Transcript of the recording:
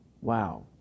wow